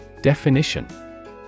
Definition